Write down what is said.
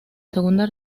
segunda